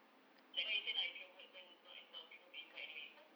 like what you say lah introverts then not a lot of people to invite anyway cause